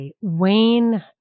Wayne